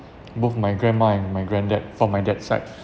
both my grandma and my granddad from my dad sides